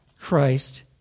Christ